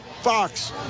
fox